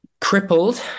crippled